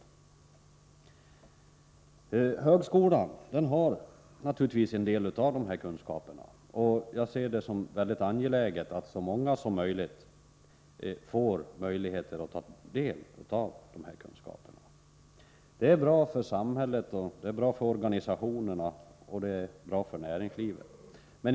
På högskolan finns naturligtvis en del av dessa kunskaper, och jag ser det som mycket angeläget att så många som möjligt kan ta del av dessa kunskaper. Det är bra för samhället, det är bra för organisationerna och det är bra för näringslivet.